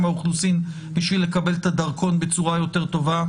האוכלוסין בשביל לקבל את הדרכון בצורה יותר טובה,